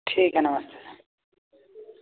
ठीक है नमस्ते